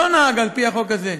לא נהג על-פי החוק הזה.